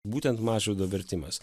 būtent mažvydo vertimas